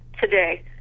today